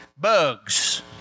bugs